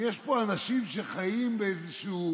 שיש פה אנשים שחיים באיזשהו